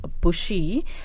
Bushy